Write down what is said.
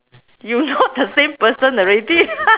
you not the same person already